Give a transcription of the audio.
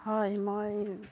হয় মই